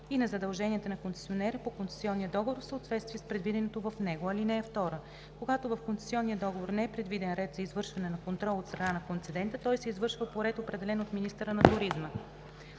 и на задълженията на концесионера по концесионния договор в съответствие с предвиденото в него. (2) Когато в концесионния договор не е предвиден ред за извършване на контрол от страна на концедента, той се извършва по ред, определен от министъра на туризма.